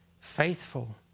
faithful